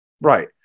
right